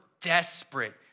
desperate